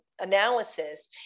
analysis